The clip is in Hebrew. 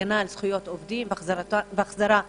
הגנה על זכויות עובדים והחזרה למשק,